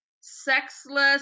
sexless